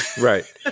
Right